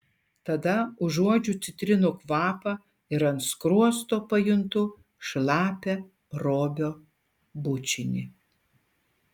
tada užuodžiu citrinų kvapą ir ant skruosto pajuntu šlapią robio bučinį